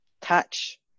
touch